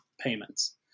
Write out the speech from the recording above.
payments